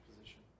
position